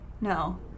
no